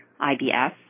IBS